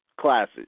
classic